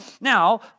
Now